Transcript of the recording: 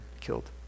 killed